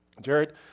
Jared